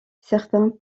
certains